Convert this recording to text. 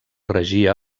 regia